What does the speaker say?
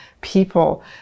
people